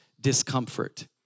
discomfort